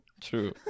True